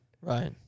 Right